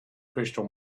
crystal